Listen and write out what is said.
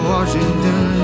Washington